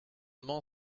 numéro